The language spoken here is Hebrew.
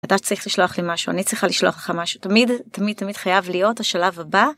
אתה צריך לשלוח לי משהו אני צריכה לשלוח לך משהו תמיד תמיד תמיד חייב להיות השלב הבא.